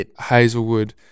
Hazelwood